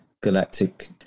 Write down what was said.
galactic